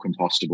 compostable